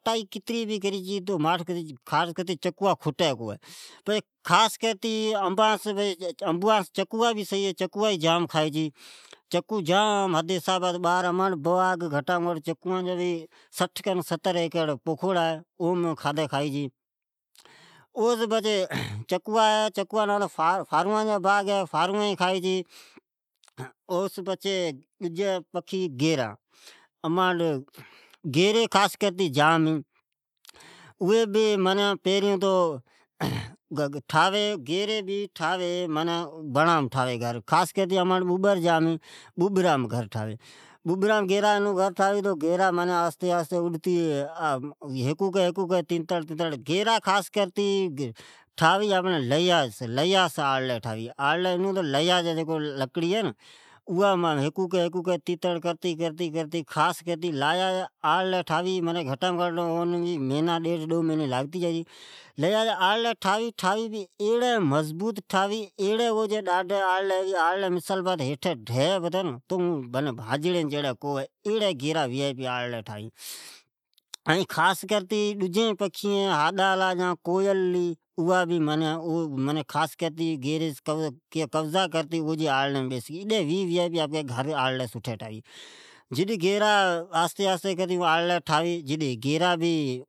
پٹائی کتری بھی کری چھی تو چکوا خاص کرتی کھٹی کو چھی، انبس چکوا ئی صحیح ہے، پچھے چکوا خاص کرتے کھا چھے کا تو چکرا ھر میسم ھوی چھے ،چکوا بھے جام کھائی چھے اماٹھ چکون جا بھے سٹھ یا ستر ایکڑامین باغ ہے، فاروان جا باغ ہے، فاروین کھائی چھی۔ او چکوا کھئی چھے، اوس پچھے ڈجی پکھی ھے گیرا، امانٹھ گیری خاص کرتی جام ھی۔ گیرا بھی بڑآم گھر ڈجی ٹھاوی ،خاص کرتی امانٹھ ننر جام ھی، ببرام گھر ٹھاوی گیرا بھے بونرامین گھر ڈجئ ٹھاوی تیتڑ تئتڑ کرتے ٹھاوی، گیرا جکو لھی جا جکو لکڑ ھوی چھے اوم ٹھاوی، لیاس آڑلی ٹھاوی چھی پر ایڑی مضوبت ٹھاوی ایڑی او جی مذبوط ھوی جکو اون ھیٹھے ڈی بھے پتے تو اون بھاجڑین جیڑین کونی تو ایڑی گیرا ٹھاوی۔ ڈجین پکھیین خاص کرتی ھاڈا ھلا یا کوئیل ھلی اوا بھی خاص کرتی قبضا کرتی بیسی، ایڑی سٹھی ٹھاوی اٹھو آڑتی بیسی۔